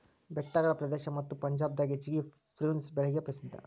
ಬೆಟ್ಟಗಳ ಪ್ರದೇಶ ಮತ್ತ ಪಂಜಾಬ್ ದಾಗ ಹೆಚ್ಚಾಗಿ ಪ್ರುನ್ಸ್ ಬೆಳಿಗೆ ಪ್ರಸಿದ್ಧಾ